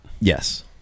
Yes